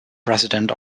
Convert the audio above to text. president